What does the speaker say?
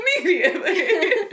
immediately